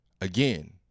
Again